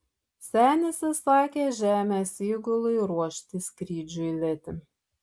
senis įsakė žemės įgulai ruošti skrydžiui letį